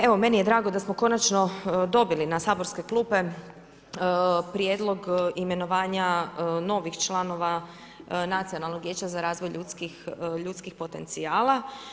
Evo, meni je drago da smo konačno dobili na saborske klupe prijedlog imenovanja novih članova Nacionalnog vijeća za razvoj ljudskih potencijala.